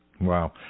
Wow